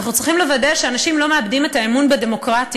אנחנו צריכים לוודא שאנשים לא מאבדים את האמון בדמוקרטיה,